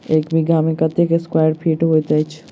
एक बीघा मे कत्ते स्क्वायर फीट होइत अछि?